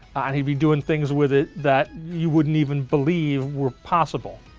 and he'd be doing things with it that you wouldn't even believe were possible.